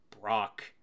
Brock